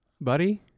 Buddy